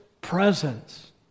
presence